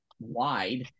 Wide